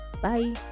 bye